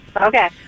Okay